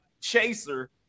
chaser